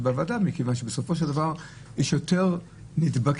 בוועדה מכיוון שבסופו של דבר יש יותר נדבקים,